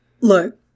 look